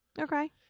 Okay